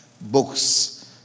books